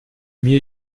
mir